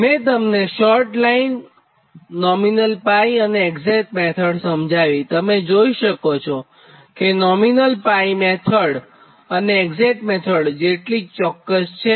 તો મેં તમને શોર્ટ લાઇનનોમિનલ 𝜋 અને એક્ઝેટ મેથડ સમજાવીતો તમે જોઇ શકો છોકે નોમિનલ 𝜋 મેથડ એ એક્ઝેટ મેથડ જેટલી જ ચોક્ક્સ છે